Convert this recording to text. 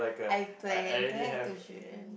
I plan to have two children